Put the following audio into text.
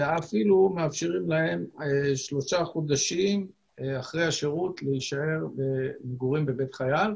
ואפילו מאפשרים להם שלושה חודשים אחרי השירות להשאר במגורים בבית חייל.